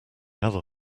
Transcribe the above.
other